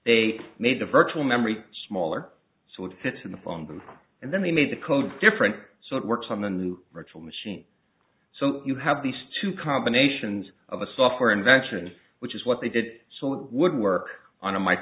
they made the virtual memory smaller so it fits in the phone booth and then they made the code different so it works on the new virtual machine so you have these two combinations of a software invention which is what they did so it would work on